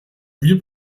wir